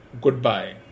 goodbye